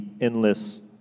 endless